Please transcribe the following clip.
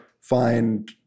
find